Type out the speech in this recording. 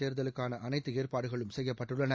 தேர்தலுக்கானஅனைத்து ஏற்பாடுகளும் செய்யப்பட்டுள்ளன